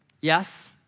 Yes